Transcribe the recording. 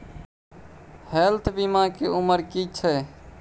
Health बीमा के उमर की छै?